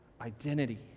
identity